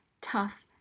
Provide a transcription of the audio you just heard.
tough